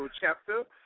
chapter